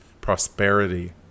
prosperity